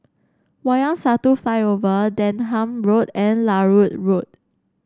Wayang Satu Flyover Denham Road and Larut Road